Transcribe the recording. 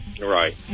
Right